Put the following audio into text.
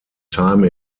time